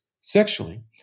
sexually